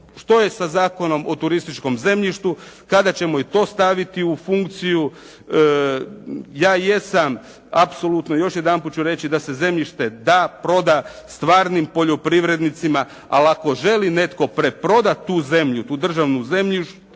što je sa Zakonom o turističkom zemljištu? Kada ćemo i to staviti u funkciju? Ja jesam apsolutno, još jedanput ću reći da se zemljište da, proda stvarnim poljoprivrednicima, ali ako želi netko preprodati tu zemlju, tu državnu zemlju,